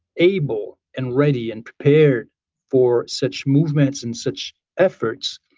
able and ready and prepared for such movements and such efforts